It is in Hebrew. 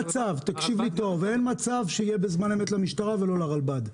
תקשיב לי טוב - אין מצב שיהיה בזמן אמת למשטרה ולא לרלב"ד.